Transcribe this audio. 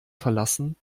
verlassen